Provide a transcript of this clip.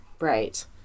Right